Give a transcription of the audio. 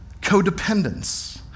codependence